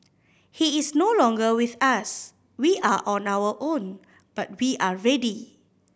he is no longer with us we are on our own but we are ready